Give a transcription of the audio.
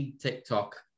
TikTok